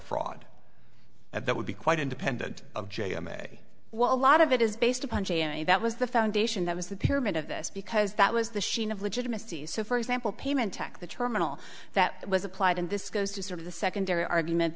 fraud and that would be quite independent of j m a well a lot of it is based upon that was the foundation that was the pyramid of this because that was the sheen of legitimacy so for example payment tech the terminal that was applied and this goes to sort of the secondary argument